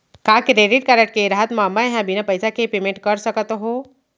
का credit card के रहत म, मैं ह बिना पइसा के पेमेंट कर सकत हो?